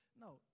No